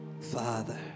Father